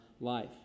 life